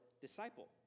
disciple